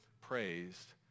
praised